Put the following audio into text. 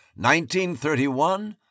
1931